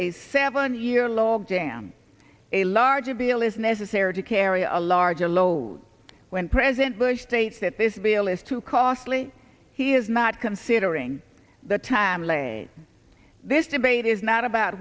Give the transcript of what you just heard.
a seven year log jam a larger bill is necessary to carry a larger load when president bush states that this bill is too costly he is not considering the time les this debate is not about